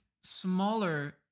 smaller